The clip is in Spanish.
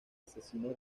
asesinos